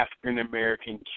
African-American